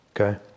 okay